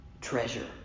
treasure